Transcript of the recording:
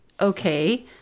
okay